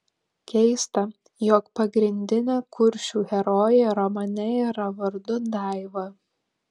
keista jog pagrindinė kuršių herojė romane yra vardu daiva